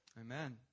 Amen